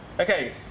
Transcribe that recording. Okay